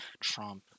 Trump